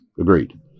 Agreed